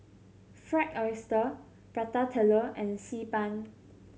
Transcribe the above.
Fried Oyster Prata Telur and Xi Ban